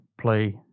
play